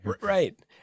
Right